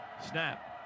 Snap